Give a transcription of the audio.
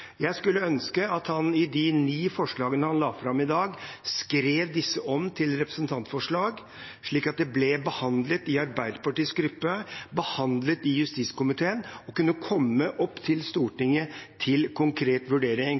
Jeg skulle ønske at han skrev disse ni forslagene han la fram i dag, om til representantforslag, slik at de kunne bli behandlet i Arbeiderpartiets gruppe, så behandlet i justiskomiteen, og til slutt komme opp i Stortinget til konkret vurdering.